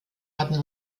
hatten